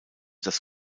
das